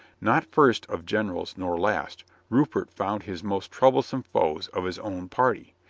not first of generals nor last, rupert found his most trouble some foes of his own party,